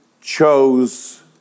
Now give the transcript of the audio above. chose